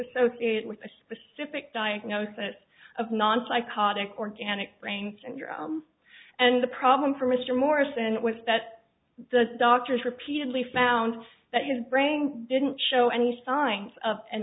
associated with a specific diagnosis of non psychotic organic brain syndrome and the problem for mr morris and with that the doctors repeatedly found that his braying didn't show any signs of an